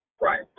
Right